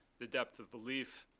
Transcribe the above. the depth of belief,